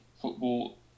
football